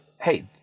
hey